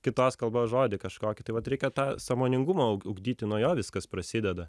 kitos kalbos žodį kažkokį tai vat reikia tą sąmoningumą ugdyti nuo jo viskas prasideda